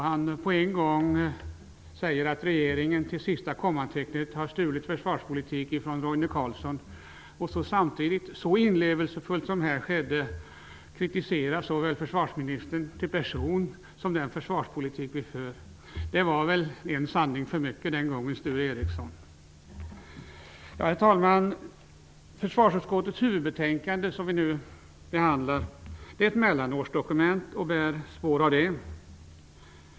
Han säger att regeringen till sista kommatecknet har stulit försvarspolitik från Roine Carlsson, och samtidigt kritiserar han inlevelsefullt såväl försvarsministern som person som den försvarspolitik vi för. Det var väl en sanning för mycket, Sture Ericson. Herr talman! Försvarsutskottets huvudbetänkande, som vi nu behandlar, är ett mellanårsdokument och bär spår av det.